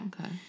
Okay